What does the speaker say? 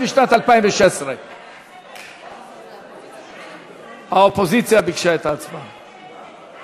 לשנת 2016. האופוזיציה ביקשה את ההצבעה.